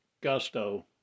gusto